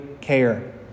care